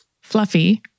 fluffy